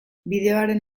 bideoaren